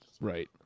Right